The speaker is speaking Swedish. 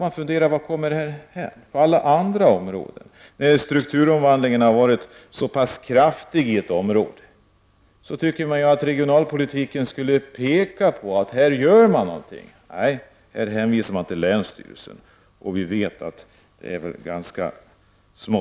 Man undrar då vad följden blir på alla andra områden. När strukturomvandlingen har varit så pass kraftig i ett område, tycker man ju att regionalpolitiken skulle visa att det görs någonting. Nej, man hänvisar till länsstyrelsen och vi vet att dess resurser är ganska små.